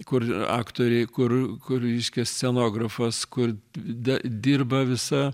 kur ir aktoriai kur reiškia scenografas kur da dirba visa